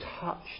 touched